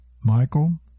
Michael